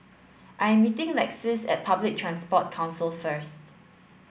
I am meeting Lexis at Public Transport Council first